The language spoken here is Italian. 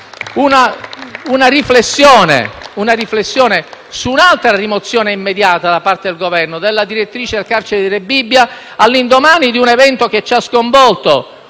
una riflessione sulla rimozione immediata, da parte del Governo, della direttrice del carcere di Rebibbia all'indomani di un evento che ci ha sconvolto: